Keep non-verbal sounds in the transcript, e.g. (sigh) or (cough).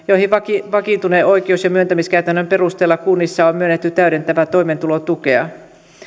(unintelligible) joihin vakiintuneen vakiintuneen oikeus ja myöntämiskäytännön perusteella kunnissa on myönnetty täydentävää toimeentulotukea